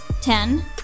Ten